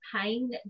pain